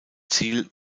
ziel